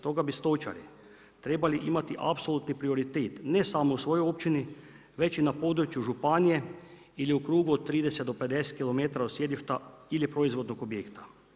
Stoga bi stočari trebali imati apsolutni prioritet ne samo u svojoj općini već i na području županije ili u krugu od 30-50km od sjedišta ili proizvodnog objekta.